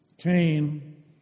Cain